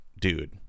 dude